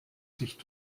sich